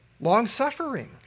long-suffering